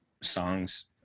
songs